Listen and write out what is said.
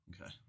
Okay